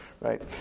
right